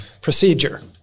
procedure